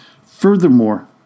Furthermore